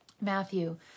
Matthew